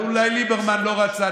אולי ליברמן לא רצה,